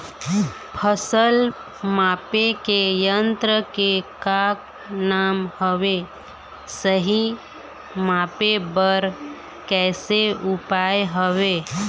फसल मापे के यन्त्र के का नाम हवे, सही मापे बार कैसे उपाय हवे?